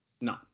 No